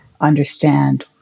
understand